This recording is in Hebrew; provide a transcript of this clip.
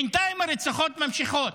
בינתיים הרציחות נמשכות,